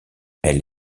elle